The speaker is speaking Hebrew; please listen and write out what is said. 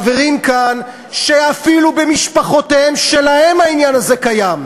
חברים כאן שאפילו במשפחותיהם שלהם העניין הזה קיים,